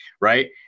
right